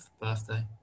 birthday